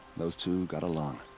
those two got along.